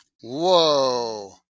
Whoa